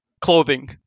clothing